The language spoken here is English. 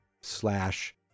slash